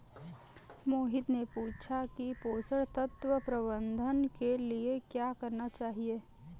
मोहित ने पूछा कि पोषण तत्व प्रबंधन के लिए क्या करना चाहिए?